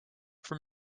from